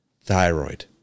thyroid